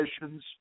missions